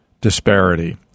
disparity